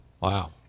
Wow